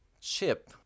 chip